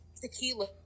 tequila